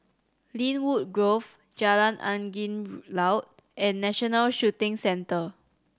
Lynwood Grove Jalan Angin Laut and National Shooting Centre